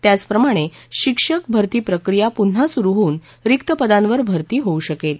त्याचप्रमाणे शिक्षक भरती प्रक्रिया पुन्हा सुरु होऊन रिक्त पदांवर भरती होऊ शकेल